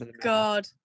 God